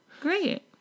Great